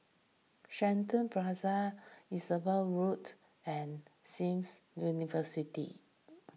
Shenton Plaza Enterprise Road and Seems University